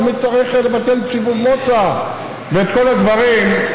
ומי צריך לבטל את סיבוב מוצא וכל הדברים,